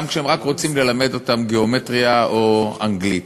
כשהם רוצים ללמד אותם גיאומטריה או אנגלית.